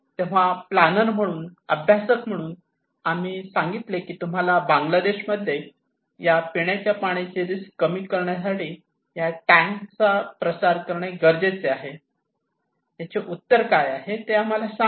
तेव्हा प्लॅनर म्हणून अभ्यासक म्हणून आम्ही सांगितले की तुम्हाला बांगलादेशामध्ये या पिण्याच्या पाण्याची रिस्क कमी करण्यासाठी या टँक चा प्रसार करणे गरजेचे आहे याचे उत्तर काय आहे ते आम्हाला सांगा